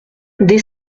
des